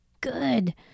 good